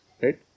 Right